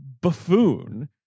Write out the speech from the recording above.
buffoon